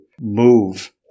move